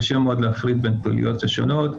קשה מאוד להפריד בין הפעילויות השונות,